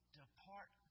depart